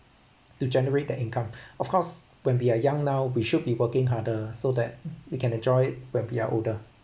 to generate their income of course when we are young now we should be working harder so that we can enjoy it when we are older